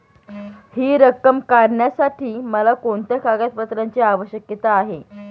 हि रक्कम काढण्यासाठी मला कोणत्या कागदपत्रांची आवश्यकता आहे?